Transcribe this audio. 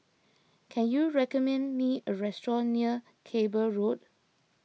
can you recommend me a restaurant near Cable Road